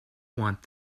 want